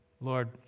Lord